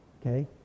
okay